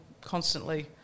constantly